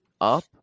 up